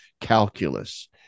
calculus